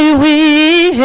yeah we